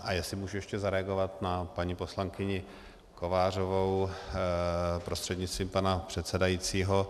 A jestli můžu ještě zareagovat na paní poslankyni Kovářovou prostřednictvím pana předsedajícího.